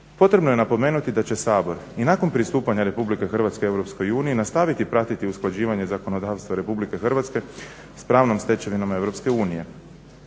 potrebno je napomenuti da će Sabor i nakon pristupanja Republike Hrvatske EU nastaviti pratiti usklađivanje zakonodavstva Republike Hrvatske s pravnom stečevinom EU.